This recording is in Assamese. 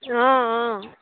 অঁ অঁ